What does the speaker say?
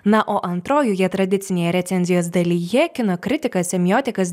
na o antrojoje tradicinėje recenzijos dalyje kino kritikas semiotikas